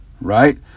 right